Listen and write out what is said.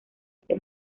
este